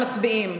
מצביעים.